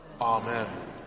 Amen